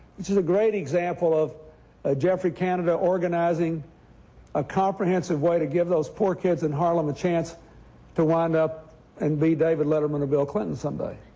is a great example of ah geoffrey canada organizing a comprehensive way to give those poor kids in harlem a chance to wind up and be david letterman or bill clinton someday,